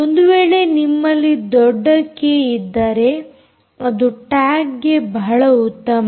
ಒಂದು ವೇಳೆ ನಿಮ್ಮಲ್ಲಿ ದೊಡ್ಡ ಕೆ ಇದ್ದರೆ ಅದು ಟ್ಯಾಗ್ಗೆ ಬಹಳ ಉತ್ತಮ